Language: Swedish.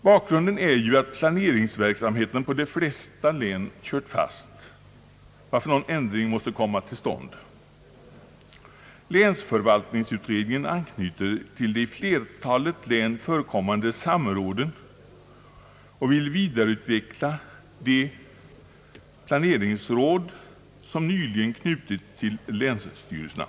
Bakgrunden härtill är att planeringsverksamheten inom de flesta län har kört fast, varför någon ändring måste komma till stånd. Länsförvaltningsutredningen anknyter till de i flertalet län förekommande samråden och vill vidareutveckla de planeringsråd som nyligen har knutits till länsstyrelserna.